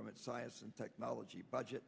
from its science and technology budget